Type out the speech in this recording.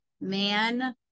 man